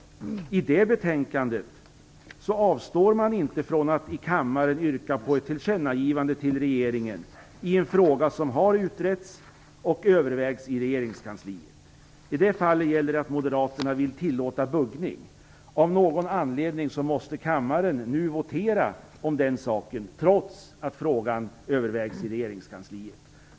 I det betänkandet avstår man inte från att i kammaren yrka på ett tillkännagivande till regeringen i en fråga som har utretts och övervägs i regeringskansliet. I det här fallet gäller det att Moderaterna vill tillåta buggning. Av någon anledning måste kammaren nu votera om den saken trots att frågan övervägs i regeringskansliet.